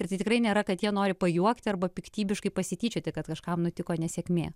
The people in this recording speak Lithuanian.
ir tai tikrai nėra kad jie nori pajuokti arba piktybiškai pasityčioti kad kažkam nutiko nesėkmė